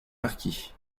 marquis